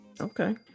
Okay